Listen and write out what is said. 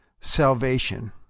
salvation